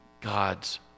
God's